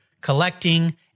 collecting